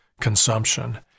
consumption